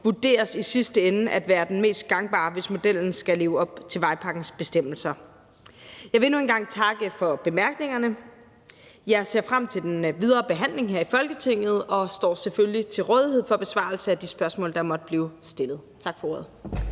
vurderes i sidste ende at være den mest gangbare, hvis modellen skal leve op til vejpakkens bestemmelser. Jeg vil endnu en gang takke for bemærkningerne. Jeg ser frem til den videre behandling her i Folketinget og står selvfølgelig til rådighed for besvarelse af de spørgsmål, der måtte blive stillet. Tak for ordet.